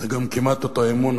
וגם כמעט אותו אי-אמון,